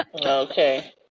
Okay